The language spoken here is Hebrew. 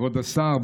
כבוד השר,